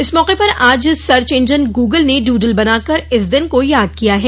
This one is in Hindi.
इस मौके पर आज सर्च इंजन ग्रगल ने डूडल बनाकर इस दिन को याद किया है